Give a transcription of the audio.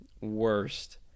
worst